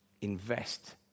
invest